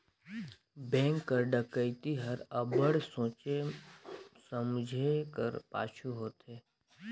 bank कर डकइती हर अब्बड़ सोंचे समुझे कर पाछू होथे